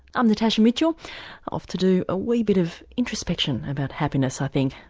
i'm natasha mitchell off to do a wee bit of introspection about happiness i think.